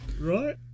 right